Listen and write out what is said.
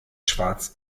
schwarz